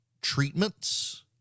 treatments